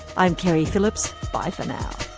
i'm keri phillips. bye for now